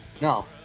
No